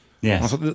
Yes